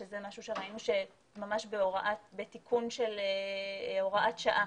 שזה משהו שראינו בתיקון של הוראת שעה.